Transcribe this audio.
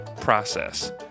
process